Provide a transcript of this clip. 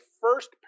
first